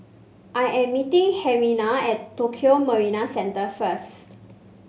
I am meeting Herminia at Tokio Marine Centre first